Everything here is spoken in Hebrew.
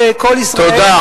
ב"קול ישראל" תודה,